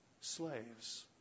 slaves